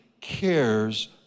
cares